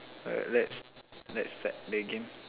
let's let's start the game